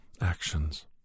Actions